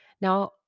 Now